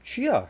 去 lah